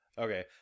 Okay